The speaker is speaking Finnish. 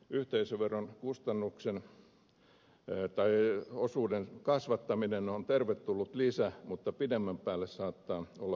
tilapäisapuna toki yhteisöveron osuuden kasvattaminen on tervetullut lisä mutta pidemmän päälle saattaa olla huono ratkaisu